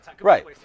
right